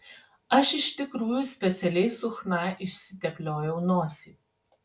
aš iš tikrųjų specialiai su chna išsitepliojau nosį